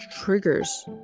triggers